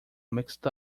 mixed